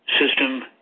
system